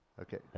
Okay